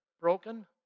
broken